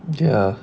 ya